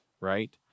right